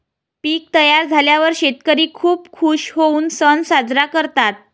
पीक तयार झाल्यावर शेतकरी खूप खूश होऊन सण साजरा करतात